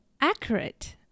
accurate